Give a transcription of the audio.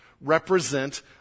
represent